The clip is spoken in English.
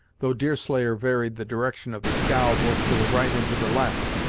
though deerslayer varied the direction of the scow both to the right and to the left,